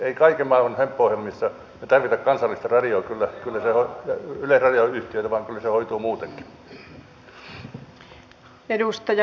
ei kaiken maailman hömppäohjelmissa tarvita kansallista yleisradioyhtiötä vaan kyllä se hoituu muutenkin